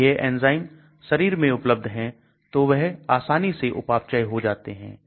यदि यह एंजाइम शरीर में उपलब्ध है तो वह आसानी से उपापचय हो जाते हैं